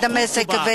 ודמשק,